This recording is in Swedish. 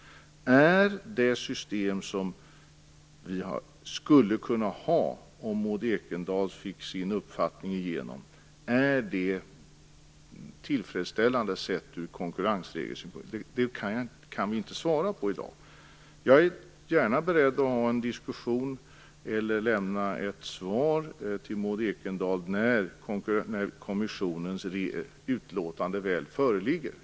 Är det system som vi skulle kunna ha om Maud Ekendahl fick igenom sin uppfattning tillfredsställande ur konkurrensregelsynpunkt? Det kan vi inte svara på i dag. Jag är beredd att ha en diskussion eller lämna ett svar till Maud Ekendahl när kommissionens utlåtande väl föreligger.